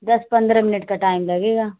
दस पन्द्रह मिनट का टाइम लगेगा